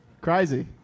Crazy